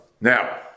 now